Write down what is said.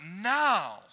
now